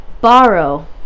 borrow